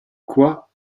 quoi